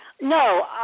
No